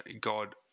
God